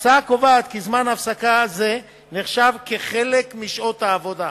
ההצעה קובעת כי זמן הפסקה זה נחשב כחלק משעות העבודה,